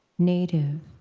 native